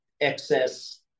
excess